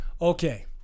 Okay